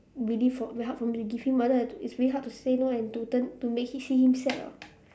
really for very hard for me to give him but then it's very hard to say no and to turn to make him see him sad ah